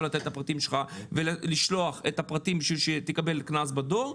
לתת את הפרטים שלך ולשלוח את הפרטים כדי שתקבל קנס בדואר,